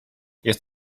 jest